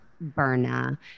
Berna